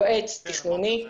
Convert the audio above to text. יועץ תכנוני,